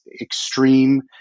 extreme